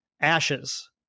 ashes